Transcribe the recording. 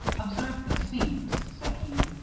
observe the seams, said he.